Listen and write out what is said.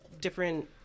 different